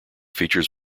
features